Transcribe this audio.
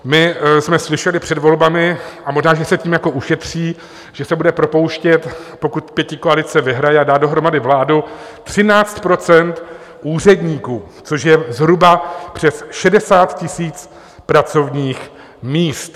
My jsme slyšeli před volbami, a možná že se tím ušetří, že se bude propouštět, pokud pětikoalice vyhraje a dá dohromady vládu, 13 % úředníků, což je zhruba přes 60 000 pracovních míst.